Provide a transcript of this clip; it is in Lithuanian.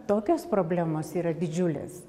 tokios problemos yra didžiulės